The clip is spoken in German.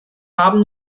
haben